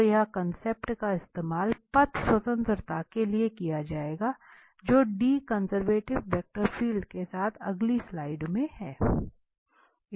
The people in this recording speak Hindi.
तो यह कांसेप्ट का इस्तेमाल पथ स्वतंत्रता के लिए किया जाएगा जो D कन्सेर्वटिव वेक्टर फील्ड के साथ अगली स्लाइड में हैं